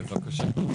בבקשה.